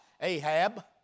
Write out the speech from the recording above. Ahab